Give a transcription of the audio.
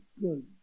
good